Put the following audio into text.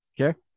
Okay